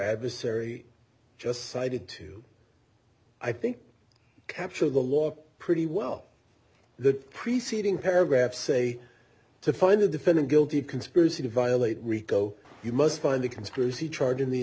adversary just cited two i think capture the law pretty well the preceding paragraph say to find the defendant guilty of conspiracy to violate rico you must find a conspiracy charge in the